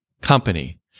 company